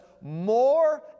more